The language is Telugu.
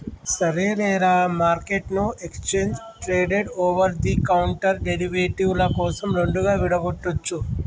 సరేలేరా, మార్కెట్ను exchange traded over the counter derivative ల కోసం రెండుగా విడగొట్టొచ్చు